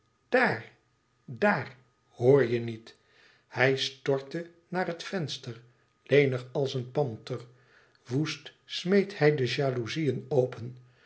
daar daar hoor je niet hij stortte naar het venster lenig als een panther woest smeet hij de jalouzieën open